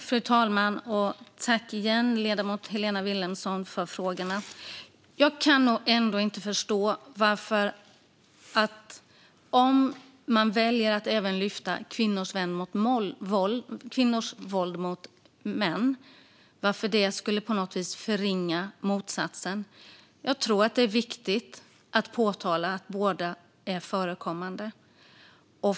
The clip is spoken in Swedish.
Fru talman! Jag tackar återigen ledamoten Helena Vilhelmsson för frågorna. Jag kan nog ändå inte förstå varför det på något vis skulle förringa motsatsen om man väljer att även lyfta fram kvinnors våld mot män. Jag tror att det är viktigt att ta upp att båda förekommer.